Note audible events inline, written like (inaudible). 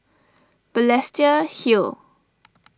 Balestier Hill (noise)